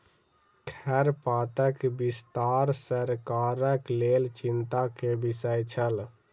खरपातक विस्तार सरकारक लेल चिंता के विषय छल